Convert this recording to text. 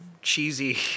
cheesy